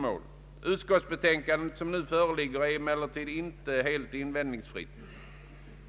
Det utskottsutlåtande som nu föreligger är emellertid inte helt invändningsfritt.